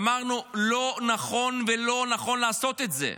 אמרנו לא נכון, לא נכון לעשות את זה.